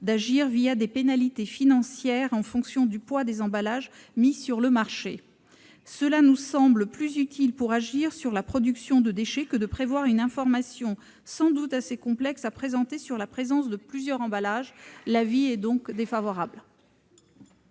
d'agir des pénalités financières en fonction du poids des emballages mis sur le marché. Cela nous semble plus utile pour agir sur la production de déchets que de prévoir une information sans doute assez complexe à présenter sur la présence de plusieurs emballages. L'avis est donc défavorable.